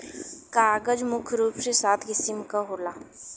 कागज मुख्य रूप से सात किसिम क होला